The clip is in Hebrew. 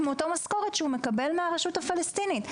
מאותה משכורת שהוא מקבל מהרשות הפלסטינית.